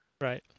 Right